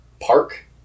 park